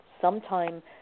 sometime